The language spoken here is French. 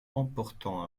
emportant